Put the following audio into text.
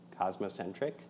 cosmocentric